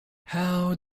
how